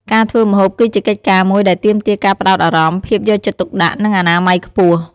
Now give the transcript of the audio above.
ការធ្វើម្ហូបគឺជាកិច្ចការមួយដែលទាមទារការផ្តោតអារម្មណ៍ ភាពយកចិត្តទុកដាក់ និងអនាម័យខ្ពស់។